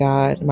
God